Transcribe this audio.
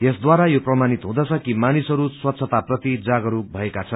यसद्वारा यो प्रमाणित हुँदछ कि मानिसहरू स्वच्छता प्रति जागरूक भएका छन्